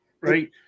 Right